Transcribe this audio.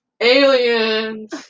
Aliens